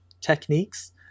techniques